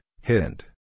hint